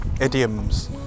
idioms